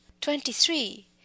Twenty-three